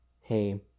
hey